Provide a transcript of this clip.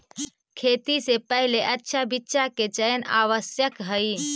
खेती से पहिले अच्छा बीचा के चयन आवश्यक हइ